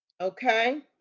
okay